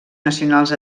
nacionals